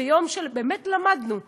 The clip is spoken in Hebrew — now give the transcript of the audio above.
ויום שבאמת למדנו בו.